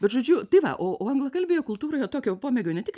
bet žodžiu tai va o anglakalbėje kultūroje tokio pomėgio ne tik